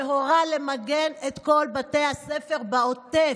והורה למגן את כל בתי הספר בעוטף,